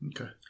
Okay